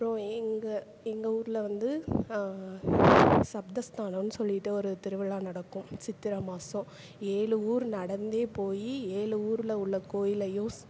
அப்புறம் எங்கள் எங்கள் ஊரில் வந்து சப்தஸ்தானம் சொல்லிட்டு ஒரு திருவிழா நடக்கும் சித்திரை மாதம் ஏழு ஊர் நடந்தே போய் ஏழு ஊரில் உள்ள கோவில யூஸ்